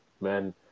man